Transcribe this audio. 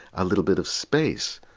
a little bit of space.